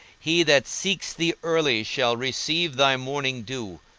he that seeks thee early shall receive thy morning dew,